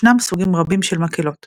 ישנם סוגים רבים של מקהלות